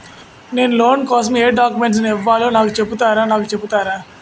నేను లోన్ కోసం ఎం డాక్యుమెంట్స్ ఇవ్వాలో నాకు చెపుతారా నాకు చెపుతారా?